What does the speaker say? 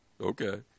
Okay